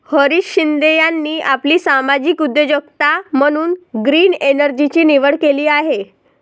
हरीश शिंदे यांनी आपली सामाजिक उद्योजकता म्हणून ग्रीन एनर्जीची निवड केली आहे